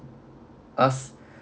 us